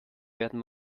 werden